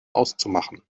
auszumachen